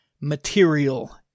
material